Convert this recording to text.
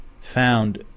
found